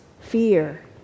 fear